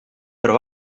però